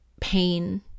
pain